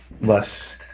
less